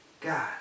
God